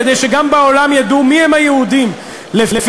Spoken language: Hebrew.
כדי שגם בעולם ידעו מי הם היהודים לפי,